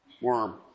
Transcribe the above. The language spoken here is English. worm